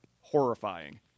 horrifying